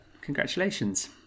Congratulations